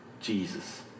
jesus